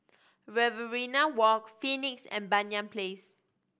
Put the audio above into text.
Riverina Walk Phoenix and Banyan Place